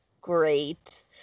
great